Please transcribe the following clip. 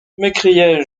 m’écriai